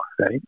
right